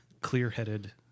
clear-headed